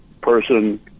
person